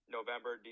November